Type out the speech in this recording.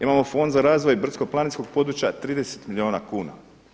Imamo fond za razvoj brdsko-planinskog područja 30 milijuna kuna.